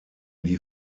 die